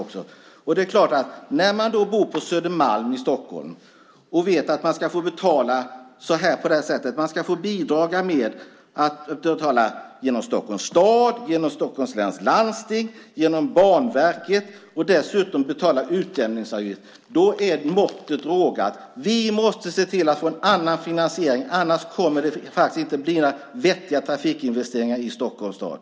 Man kan då tänka sig att man bor på Södermalm i Stockholm och vet att man ska få betala på det här sättet. Man ska betala genom Stockholms stad, genom Stockholms läns landsting, genom Banverket. Dessutom ska man betala utjämningsavgift. Då är måttet rågat. Vi måste se till att få en annan finansiering. Annars kommer det faktiskt inte att bli några vettiga trafikinvesteringar i Stockholms stad.